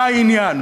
מה העניין?